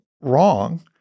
wrong